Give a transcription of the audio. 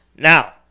Now